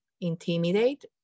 intimidate